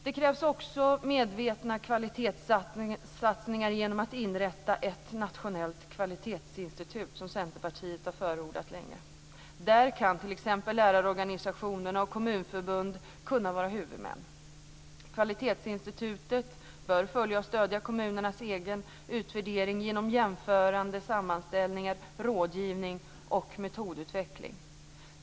Det krävs också medvetna kvalitetssatsningar genom att ett nationellt kvalitetsinstitut inrättas, vilket Centerpartiet länge har förordat. Där kan t.ex. lärarorganisationerna och kommunförbund vara huvudmän. Kvalitetsinstitutet bör följa och stödja kommunernas egen utvärdering genom jämförande sammanställningar, rådgivning och metodutveckling.